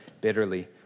bitterly